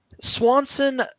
Swanson